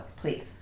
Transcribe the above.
please